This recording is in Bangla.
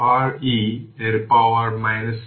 এখন ইনিশিয়াল কন্ডিশন থেকে যখন টাইম t 0 vt v0